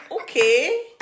okay